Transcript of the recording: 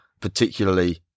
particularly